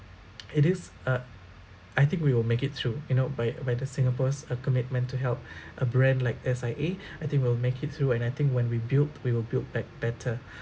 it is a I think we will make it through you know by by the singapore's uh commitment to help a brand like S_I_A I think we'll make it through and I think when we build we will build bett~ better